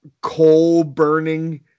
coal-burning